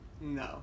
No